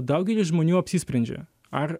daugelis žmonių apsisprendžia ar